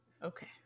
Okay